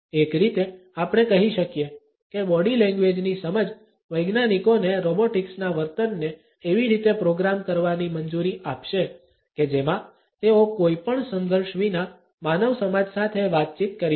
એક રીતે આપણે કહી શકીએ કે બોડી લેંગ્વેજની સમજ વૈજ્ઞાનિકોને રોબોટિક્સના વર્તનને એવી રીતે પ્રોગ્રામ કરવાની મંજૂરી આપશે કે જેમાં તેઓ કોઈ પણ સંઘર્ષ વિના માનવ સમાજ સાથે વાતચીત કરી શકે